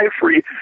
free